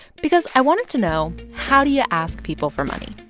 because i wanted to know, how do you ask people for money?